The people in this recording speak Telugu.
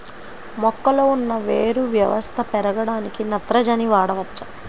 మొక్కలో ఉన్న వేరు వ్యవస్థ పెరగడానికి నత్రజని వాడవచ్చా?